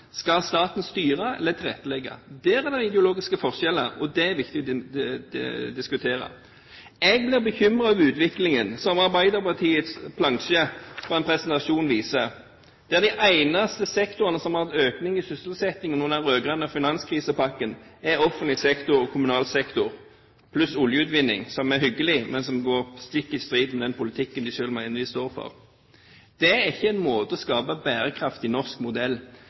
Skal staten styre eller tilrettelegge? Der er det ideologiske forskjeller, og det er det viktig å diskutere. Jeg blir bekymret over utviklingen, som Arbeiderpartiets plansje på en presentasjon viste, at de eneste sektorene som har hatt økning i sysselsettingen under den rød-grønne finanskrisepakken, er offentlig sektor, også kommunal sektor, pluss oljeutvinning, som er hyggelig, men som er stikk i strid med den politikken de selv mener de står for. Det er ikke en måte å skape en bærekraftig norsk modell